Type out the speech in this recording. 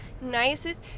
Nicest